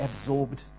absorbed